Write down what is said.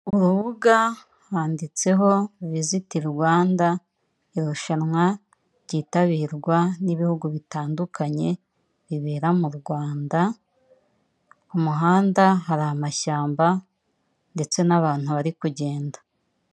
Urubuga handitseho viziti Rwanda, irushanwa ryitabirwa n'ibihugu bitandukanye bibera mu Rwanda, ku muhanda hari amashyamba ndetse n'abantu bari kugenda.